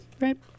Right